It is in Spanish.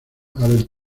abel